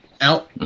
out